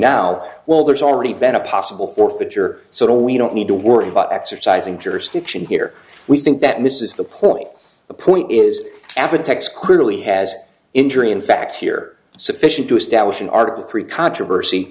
now well there's already been a possible forfeiture so we don't need to worry about exercising jurisdiction here we think that misses the point the point is after tax clearly has injury in fact here sufficient to establish an article three controversy